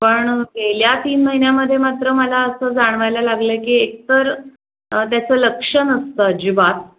पण गेल्या तीन महिन्यामध्ये मात्र मला असं जाणवायला लागलं आहे की एकतर त्याचं लक्ष नसतं अजिबात